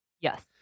Yes